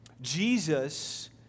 Jesus